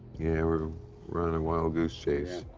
yeah, we're running a wild goose chase.